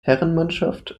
herrenmannschaft